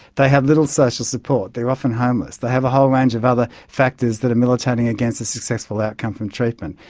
they have little social support, they are often homeless, they have a whole range of other factors that are militating against a successful outcome from treatment.